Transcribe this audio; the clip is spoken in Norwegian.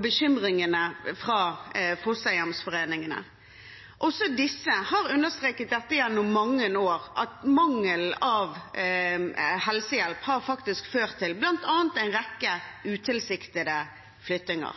bekymringene fra Fosterhjemsforeningen og deres behov. Også de har gjennom mange år understreket at mangel på helsehjelp faktisk har ført til bl.a. en rekke utilsiktede flyttinger.